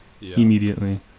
immediately